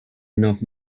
enough